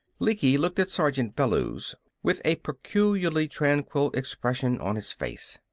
lecky looked at sergeant bellews with a peculiarly tranquil expression on his face.